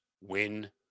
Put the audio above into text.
win